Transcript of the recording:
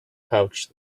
pouch